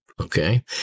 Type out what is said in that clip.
Okay